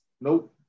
nope